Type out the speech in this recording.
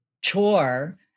chore